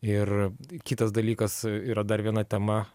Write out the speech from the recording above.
ir kitas dalykas yra dar viena tema